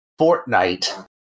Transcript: Fortnite